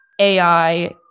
AI